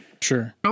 Sure